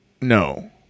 No